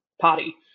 party